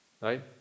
right